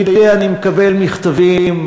אתה יודע, אני מקבל מכתבים,